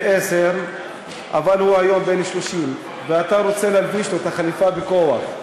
עשר אבל היום הוא בן 30. ואתה רוצה להלביש לו את החליפה בכוח,